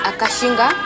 Akashinga